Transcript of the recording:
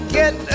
get